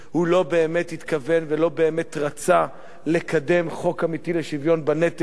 הוא לא באמת התכוון ולא באמת רצה לקדם חוק אמיתי לשוויון בנטל.